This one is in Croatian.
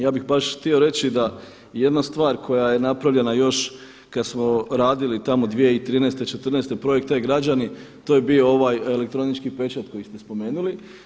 Ja bih baš htio reći da jedna stvar koja je napravljena još kad smo radili tamo 2013., četrnaeste projekt e-građani to je bio ovaj elektronički pečat koji ste spomenuli.